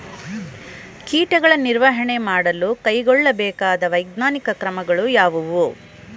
ಕೀಟಗಳ ನಿರ್ವಹಣೆ ಮಾಡಲು ಕೈಗೊಳ್ಳಬೇಕಾದ ವೈಜ್ಞಾನಿಕ ಕ್ರಮಗಳು ಯಾವುವು?